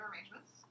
arrangements